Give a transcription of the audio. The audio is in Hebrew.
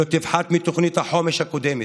שלא תפחת מתוכנית החומש הקודמת.